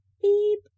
beep